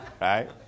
Right